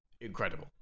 incredible